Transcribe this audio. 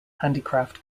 handicraft